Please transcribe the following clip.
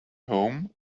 home